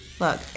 Look